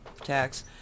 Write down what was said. tax